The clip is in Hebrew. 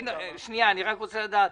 רגע, ינון, אני רק רוצה לדעת.